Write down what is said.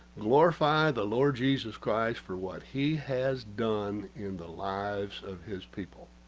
glorify, the lord, jesus christ for what he has done in the lives of his people